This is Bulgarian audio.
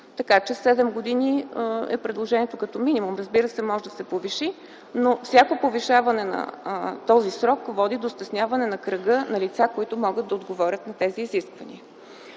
Така че 7 години е предложението като минимум. Разбира се, може да се повиши, но всяко повишаване на този срок води до стесняване на кръга от лица, които могат да отговорят на тези изисквания.